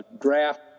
draft